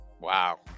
Wow